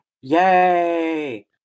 Yay